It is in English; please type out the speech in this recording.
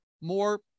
more